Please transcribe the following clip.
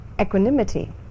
equanimity